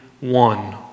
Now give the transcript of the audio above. one